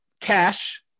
Cash